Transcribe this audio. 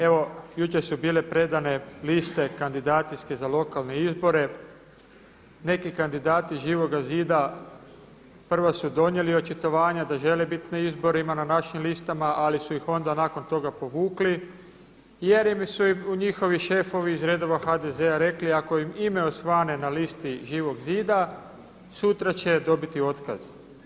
Evo jučer su bile predane liste kandidacijske za lokalne izbore, neki kandidati Živoga zida prvo su donijeli očitovanja da žele biti na izborima na našim listama ali su ih onda nakon toga povukli jer su im njihovi šefovi iz redova HDZ-a rekli ako im ime osvane na listi Živog zida sutra će dobiti otkaz.